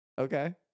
Okay